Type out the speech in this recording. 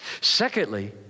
Secondly